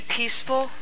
peaceful